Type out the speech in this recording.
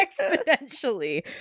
exponentially